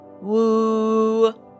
Woo